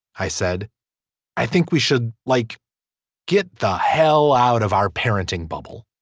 i said i think we should like get the hell out of our parenting bubble.